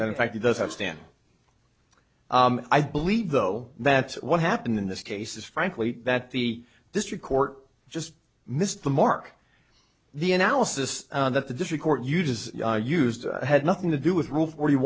that in fact he does have stand i believe though that's what happened in this case is frankly that the district court just missed the mark the analysis that the district court you just used had nothing to do with rule for